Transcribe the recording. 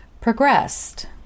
progressed